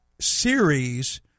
series